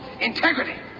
integrity